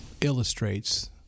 illustrates